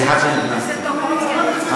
אצל טופורובסקי יש